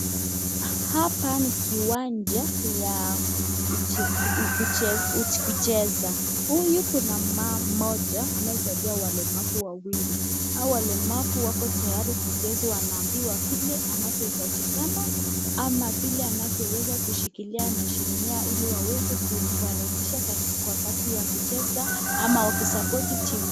Hapa ni kiwanja ya kucheza, huyu Kuna mama anayewasaidia walimavu wawili, Hawa wlemavu wako tayari kucheza Wanaambiwa vile inavyohitajikana ama vile anavyoweza kushilia mashine yao hili waweze kuharakisha wakati wa kucheza ama kusapoti timu.